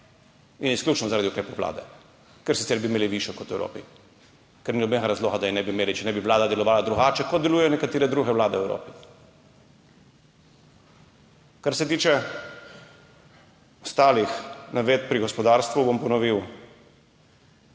in izključno zaradi ukrepov vlade, ker bi imeli sicer višjo kot v Evropi, ker ni nobenega razloga, da je ne bi imeli, če ne bi vlada delovala drugače, kot delujejo nekatere druge vlade v Evropi. Kar se tiče ostalih navedb pri gospodarstvu, bom ponovil,